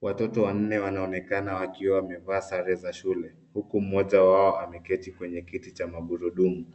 Watoto wanne wanaonekana wakiwa wamevaa sare za shule huku mmoja wao ameketi kwenye kiti cha magurudumu.